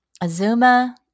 Azuma